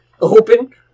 open